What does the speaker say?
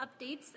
updates